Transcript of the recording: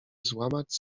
złamać